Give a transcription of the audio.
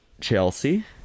Chelsea